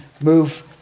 move